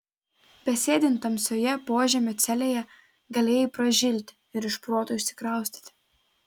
besėdint tamsioje požemio celėje galėjai pražilti ir iš proto išsikraustyti